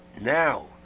now